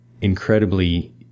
incredibly